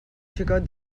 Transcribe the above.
xicot